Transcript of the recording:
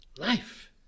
life